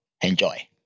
Enjoy